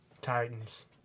Titans